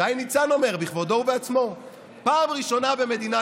שי ניצן אומר בכבודו ובעצמו: פעם ראשונה במדינת